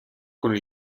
con